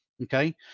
Okay